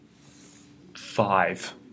Five